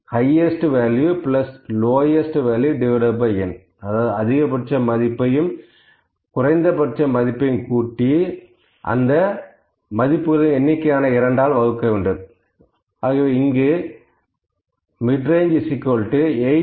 Midrange Highest value Lowest valuen 852 6